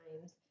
times